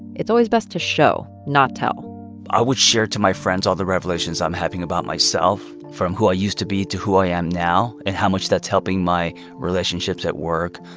it's always best to show, not tell i would share to my friends all the revelations i'm having about myself from who i used to be to who i am now and how much that's helping my relationships at work,